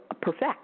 perfect